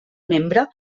membre